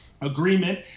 agreement